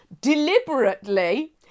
deliberately